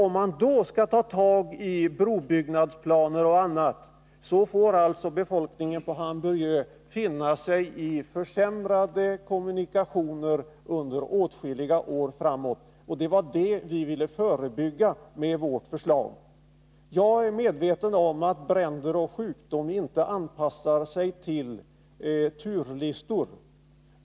Om man då skall ta tag i brobyggnadsplaner och annat, så får befolkningen på Hamburgö finna sig i försämrade kommunikationer under åtskilliga år framåt. Det var det vi ville förebygga med vårt förslag. Jag är medveten om att bränder och sjukdomar inte anpassar sig efter turlistor.